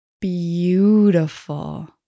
beautiful